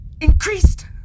increased